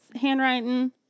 handwriting